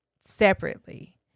separately